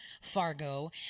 Fargo